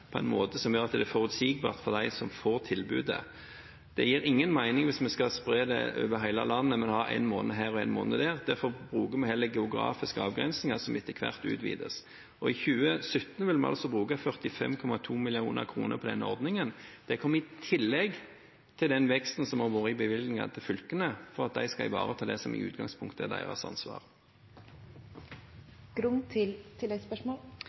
på en måte som gjør at det er forutsigbart for dem som får tilbudet. Det gir ingen mening hvis vi skal spre det over hele landet, men ha en måned her og en måned der. Derfor bruker vi heller geografiske avgrensninger som etter hvert utvides. I 2017 vil vi altså bruke 45,2 mill. kr på denne ordningen. Det kommer i tillegg til den veksten som har vært i bevilgningene til fylkene for at de skal ivareta det som i utgangspunktet er deres